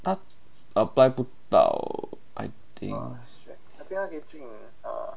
apply 不到 I think